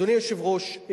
אדוני היושב-ראש,